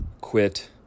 quit